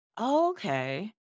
okay